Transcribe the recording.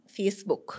Facebook